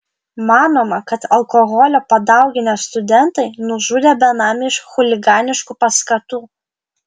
manoma kad alkoholio padauginę studentai nužudė benamį iš chuliganiškų paskatų